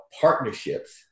partnerships